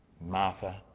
Martha